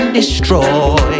destroy